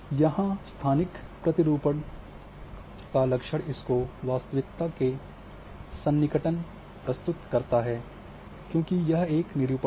यहाँ स्थानिक प्रतिरूपण का लक्ष्य इसको वास्तविकता के सन्निकटन प्रस्तुत करना है क्योंकि यह एक निरूपण है